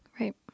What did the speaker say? Right